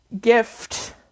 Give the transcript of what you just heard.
gift